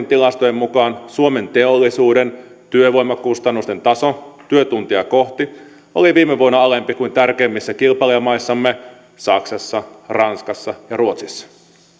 tilastojen mukaan suomen teollisuuden työvoimakustannusten taso työtuntia kohti oli viime vuonna alempi kuin tärkeimmissä kilpailijamaissamme saksassa ranskassa ja ruotsissa